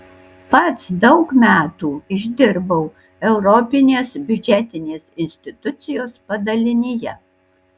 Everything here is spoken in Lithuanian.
pats daug metų išdirbau europinės biudžetinės institucijos padalinyje